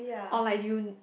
or like you